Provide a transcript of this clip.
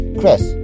Chris